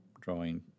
drawing